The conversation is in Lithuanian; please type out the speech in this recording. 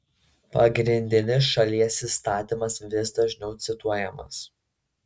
pagrindinis šalies įstatymas vis dažniau cituojamas